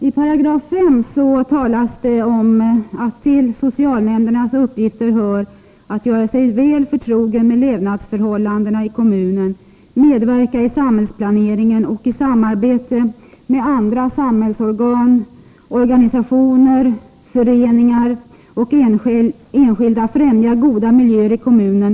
I 5 § talas det om att det till socialnämndens uppgifter hör att göra sig väl förtrogen med levnadsförhållandena i kommunen, medverka i samhällsplaneringen och i samarbete med andra samhällsorgan, organisationer, föreningar och enskilda främja goda miljöer i kommunen.